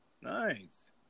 Nice